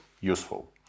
useful